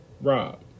Rob